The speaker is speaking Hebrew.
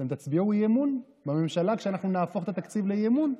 אתם תצביעו אי-אמון בממשלה כשאנחנו נהפוך את התקציב לאי-אמון?